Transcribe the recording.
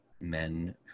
men